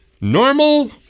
normal